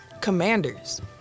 Commanders